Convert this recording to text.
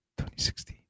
2016